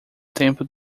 tempo